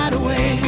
away